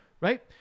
right